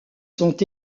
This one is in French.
sont